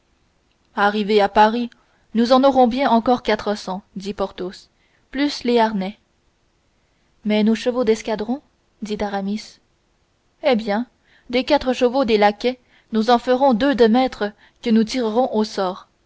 arrivés à paris nous en aurons bien encore quatre cents dit porthos plus les harnais mais nos chevaux d'escadron dit aramis eh bien des quatre chevaux des laquais nous en ferons deux de maître que nous tirerons au sort